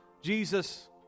Jesus